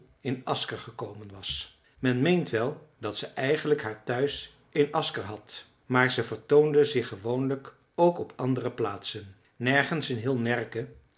in asker gekomen was men meent wel dat ze eigenlijk haar thuis in asker had maar ze vertoonde zich gewoonlijk ook op andere plaatsen nergens in heel närke